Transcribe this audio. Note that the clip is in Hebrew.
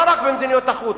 לא רק במדיניות החוץ,